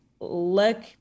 look